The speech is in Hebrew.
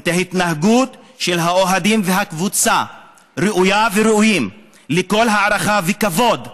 ההתנהגות של האוהדים והקבוצה ראויה לכל הערכה וכבוד,